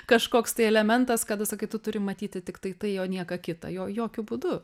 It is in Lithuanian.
kažkoks tai elementas kada sakai tu turi matyti tiktai tai jo nieką kitą jo jokiu būdu